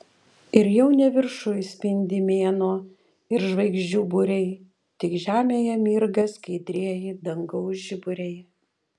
ir jau ne viršuj spindi mėnuo ir žvaigždžių būriai tik žemėje mirga skaidrieji dangaus žiburiai